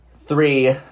Three